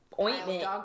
ointment